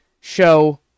show